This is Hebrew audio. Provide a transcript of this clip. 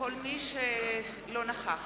חברי הכנסת שלא נכחו.